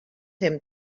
him